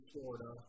Florida